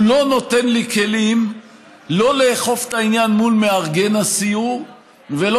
הוא לא נותן לי כלים לא לאכוף את העניין מול מארגן הסיור ולא